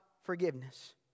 forgiveness